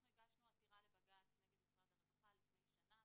אנחנו הגשנו עתירה לבג"צ נגד משרד הרווחה לפני שנה.